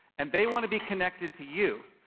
and they wanna be connected to you.